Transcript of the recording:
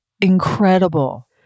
Incredible